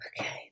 okay